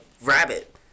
rabbit